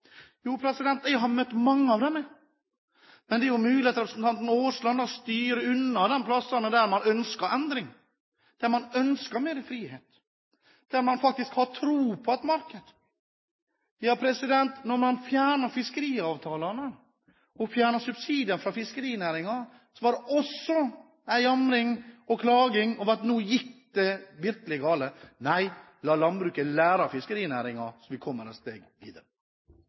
Jo, jeg har møtt mange av dem. Men det er mulig at representanten Aasland styrer unna de stedene man ønsker endring, der man ønsker mer frihet, der man faktisk har tro på et marked. Da man fjernet fiskeriavtalene og fjernet subsidiene fra fiskerinæringen, var det også en jamring og klaging over at nå gikk det virkelig galt. Nei, la landbruket lære av fiskerinæringen, så vi kommer et steg videre.